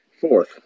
Fourth